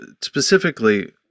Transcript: specifically